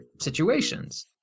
situations